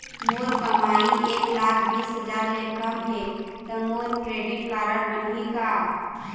मोर कमाई एक लाख बीस हजार ले कम हे त मोर क्रेडिट कारड बनही का?